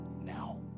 now